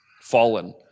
fallen